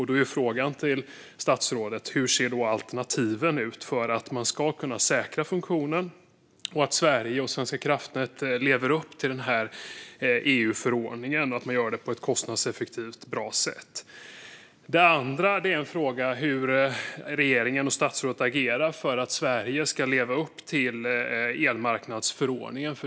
Då är frågan till statsrådet: Hur ser alternativen ut för att man ska kunna säkra funktionen och för att Sverige och Svenska kraftnät ska kunna leva upp till EU-förordningen och göra det på ett kostnadseffektivt och bra sätt? Det andra frågan handlar om hur regeringen och statsrådet agerar för att Sverige ska leva upp till elmarknadsförordningen.